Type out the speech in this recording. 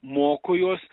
moko juos